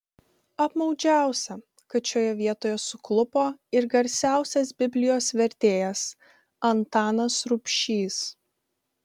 apmaudžiausia kad šioje vietoje suklupo ir garsiausias biblijos vertėjas antanas rubšys